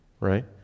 right